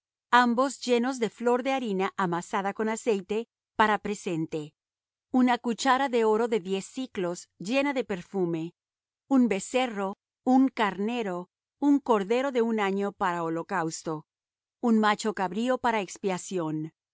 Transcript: ambos llenos de flor de harina amasada con aceite para presente una cuchara de oro de diez siclos llena de perfume un becerro un carnero un cordero de un año para holocausto un macho cabrío para expiación